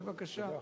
בבקשה.